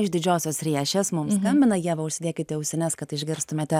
iš didžiosios riešės mums skambina ieva užsidėkite ausines kad išgirstumėte